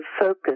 focus